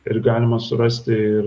ir galima surasti ir